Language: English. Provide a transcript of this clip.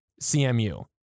CMU